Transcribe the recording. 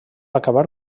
acabar